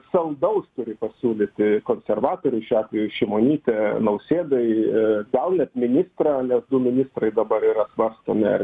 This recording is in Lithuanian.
saldaus turi pasiūlyti konservatoriai šiuo atveju šimonytė nausėdai gal net ministrą nes du ministrai dabar yra svarstomi ar